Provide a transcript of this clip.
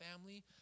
family